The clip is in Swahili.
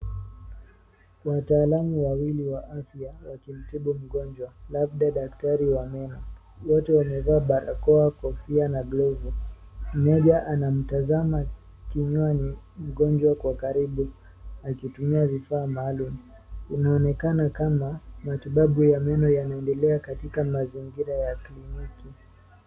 Wataalum wawili wa afya, wakimtibu mgonjwa, labda daktari wa meno. Wote wamevaa barakoa, kofia, na blazzer . Mmoja anamtazama kinywani mgonjwa kwa karibu. Akitumia vifaa maalum, inaonekana kama, matibabu ya meno yanaendelea katika mazingira ya kliniki.